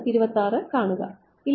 ഇല്ല